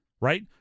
right